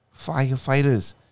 firefighters